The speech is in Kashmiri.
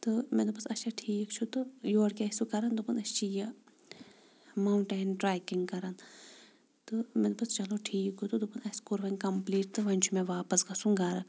تہٕ مےٚ دوٚپُس اچھا ٹھیٖک چھُ تہٕ یور کیٛاہ ٲسِو کران دوٚپُن أسۍ چھِ یہِ ماوٹین ٹرٛیکنٛگ کران تہٕ مےٚ دوٚپُس چلو ٹھیٖک گوٚو تہٕ دوٚپُن کوٚر وۄنۍ کمپٕلیٖٹ تہٕ وۄنۍ چھُ مےٚ واپس گژھُن گَرٕ